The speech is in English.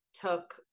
took